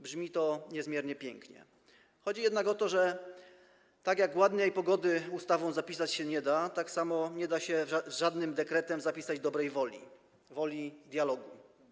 Brzmi to niezmiernie pięknie, chodzi jednak o to, że tak jak ładnej pogody ustawą zapisać się nie da, tak samo nie da się żadnym dekretem zapisać dobrej woli, woli dialogu.